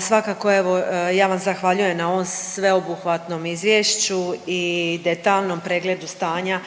Svakako evo, ja vam zahvaljujem na ovom sveobuhvatnom izvješću i detaljnom pregledu stanja